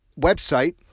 website